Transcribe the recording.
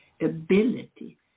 ability